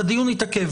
הדיון יתעכב.